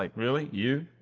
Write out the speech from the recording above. like really? you?